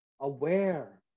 aware